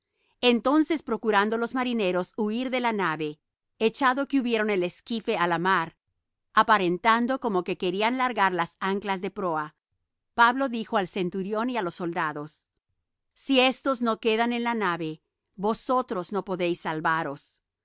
entonces procurando los marineros huir de la nave echado que hubieron el esquife á la mar aparentando como que querían largar las anclas de proa pablo dijo al centurión y á los soldados si éstos no quedan en la nave vosotros no podéis salvaros